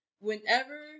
whenever